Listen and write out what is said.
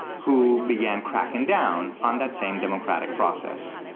who began cracking down on that same democratic process.